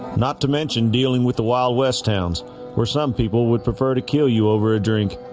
not to mention dealing with the wild west towns where some people would prefer to kill you over a drink,